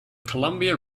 columbia